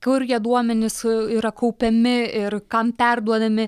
kur jie duomenys yra kaupiami ir kam perduodami